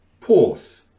Porth